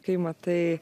kai matai